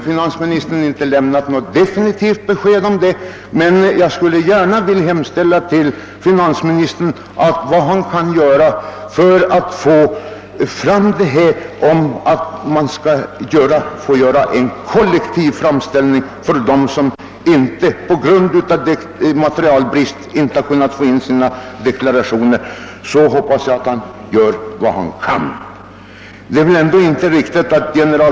Finansministern har inte lämnat något definitivt besked på denna punkt, men jag skulle vilja hemställa till honom att han gör vad han kan för att en kollektiv framställning skall kunna godkännas från dem, vilka på grund av blankettbrist inte kunnat avge sina deklarationer. Generaldirektör Hörjels ämbetsverk skall väl ändå inte tjäna på detta slarv.